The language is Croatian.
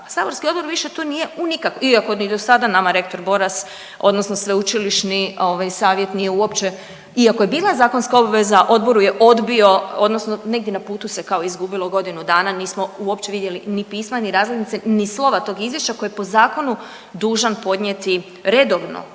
saborski odbor više tu nije u nikakvom, iako ni do sada nama rektor Boras, odnosno sveučilišni ovaj, savjet nije uopće, iako je bila zakonska obveza, Odboru je odbio, odnosno negdje na putu se kao izgubilo, godinu dana nismo uopće vidjeli ni pisma ni razglednice ni slova tog izvješća koje je po zakonu dužan podnijeti redovno,